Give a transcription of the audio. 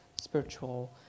spiritual